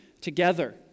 together